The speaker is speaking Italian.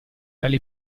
dalle